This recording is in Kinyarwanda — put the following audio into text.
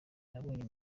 nabonye